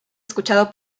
escuchado